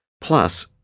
Plus